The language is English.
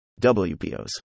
WPOs